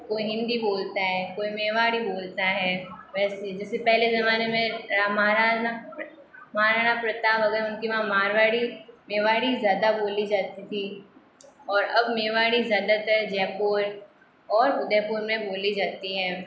कोई हिन्दी बोलता है कोई मेवाड़ी बोलता है वैसे जैसे पहले ज़माने में रामाणा महाराणा प्रताप अगर उनके वहाँ मारवाड़ी मेवाड़ी ज़्यादा बोली जाती थी और अब मेवाड़ी ज़्यादातर जयपुर और उदयपुर में बोली जाती है